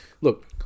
Look